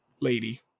lady